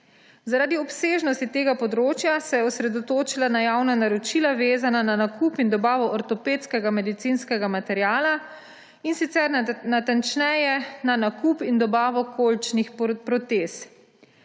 Zaradi obsežnosti tega področja se je osredotočila na javna naročila, vezana na nakup in dobavo ortopedskega medicinskega materiala, in sicer natančneje na nakup in dobavo kolčnih protez.